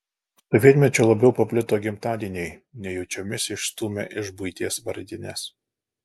sovietmečiu labiau paplito gimtadieniai nejučiomis išstūmę iš buities vardines